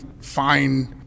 find